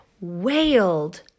wailed